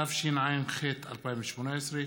התשע"ח 2018,